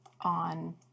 on